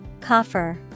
Coffer